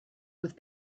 with